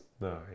No